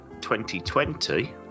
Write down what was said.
2020